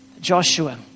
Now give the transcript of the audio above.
Joshua